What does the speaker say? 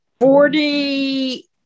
Forty